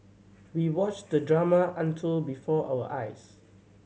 we watched the drama until before our eyes